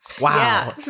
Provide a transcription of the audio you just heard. Wow